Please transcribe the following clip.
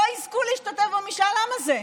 שלא יזכו להשתתף במשאל העם הזה.